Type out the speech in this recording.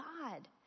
God